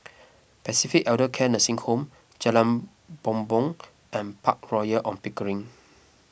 Pacific Elder Care Nursing Home Jalan Bumbong and Park Royal on Pickering